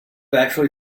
actually